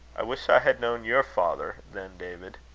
i wish i had known your father, then, david.